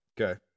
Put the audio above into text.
Okay